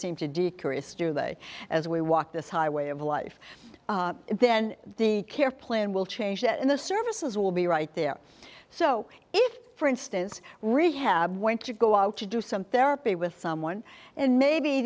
seems to decrease today as we walk this highway of life then the care plan will change that and the services will be right there so if for instance rehab went to go out to do some therapy with someone and maybe